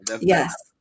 Yes